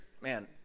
man